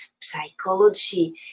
psychology